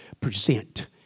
present